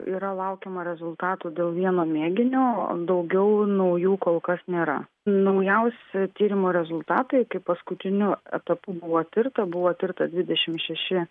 yra laukiama rezultatų dėl vieno mėginio daugiau naujų kol kas nėra naujausi tyrimų rezultatai iki paskutiniu etapu buvo tirta buvo tirta dvidešim šeši